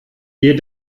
ihr